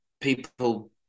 people